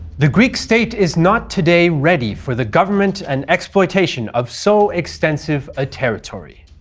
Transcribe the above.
the greek state is not today ready for the government and exploitation of so extensive a territory.